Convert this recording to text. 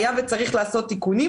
אם צריך לעשות תיקונים,